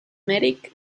medic